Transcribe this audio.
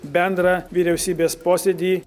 bendrą vyriausybės posėdį